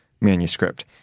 Manuscript